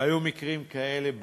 היו מקרים כאלה בעבר,